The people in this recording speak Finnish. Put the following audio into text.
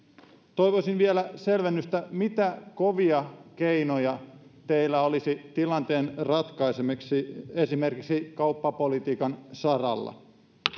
toivoisin vielä selvennystä mitä kovia keinoja teillä olisi tilanteen ratkaisemiseksi esimerkiksi kauppapolitiikan saralla